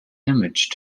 image